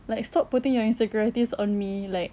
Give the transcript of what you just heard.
like stop putting your insecurities on me like